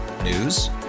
News